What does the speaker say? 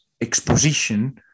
exposition